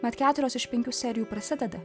mat keturios iš penkių serijų prasideda